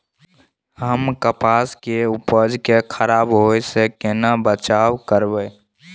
हम कपास के उपज के खराब होय से केना बचाव करबै?